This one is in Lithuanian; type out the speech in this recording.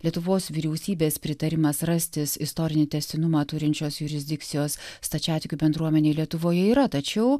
lietuvos vyriausybės pritarimas rastis istorinį tęstinumą turinčios jurisdikcijos stačiatikių bendruomenei lietuvoje yra tačiau